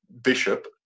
bishop